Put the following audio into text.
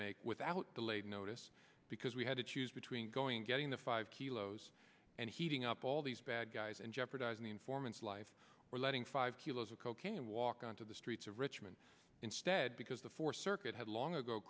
make without the late notice because we had to choose between going getting the five close and heating up all these bad guys and jeopardizing the informant's life or letting five kilos of cocaine walk onto the streets of richmond instead because the force circuit had long ago